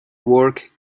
work